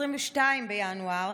22 בינואר,